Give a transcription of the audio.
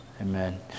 amen